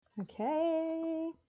Okay